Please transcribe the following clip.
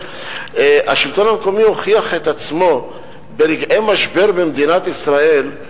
השלטון המקומי הוכיח את עצמו ברגעי משבר במדינת ישראל.